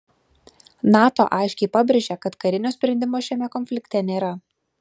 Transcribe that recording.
nato aiškiai pabrėžė kad karinio sprendimo šiame konflikte nėra